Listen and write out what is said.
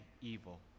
evil